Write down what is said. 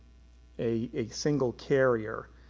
a single carrier,